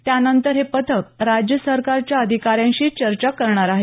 त्यानंतर हे पथक राज्यसरकारच्या अधिकाऱ्यांशी चर्चा करणार आहेत